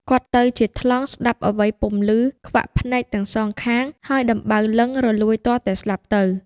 គាត់ទៅជាថ្លង់ស្តាប់អ្វីពុំឮ ខ្វាក់ភ្នែកទាំងសងខាង ហើយដំបៅលិង្គរលួយទាល់តែស្លាប់ទៅ។